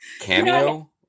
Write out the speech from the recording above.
cameo